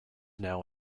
now